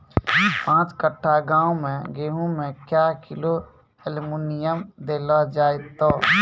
पाँच कट्ठा गांव मे गेहूँ मे क्या किलो एल्मुनियम देले जाय तो?